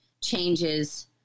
changes